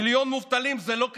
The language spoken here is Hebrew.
מיליון מובטלים זו לא קריסה,